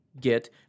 get